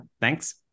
thanks